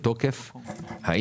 ה' בתמוז התשפ"ב,